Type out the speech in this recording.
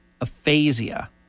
aphasia